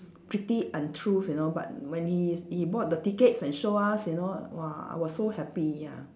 pretty untruth you know but when he he bought the tickets and show us you know !wah! I was so happy ya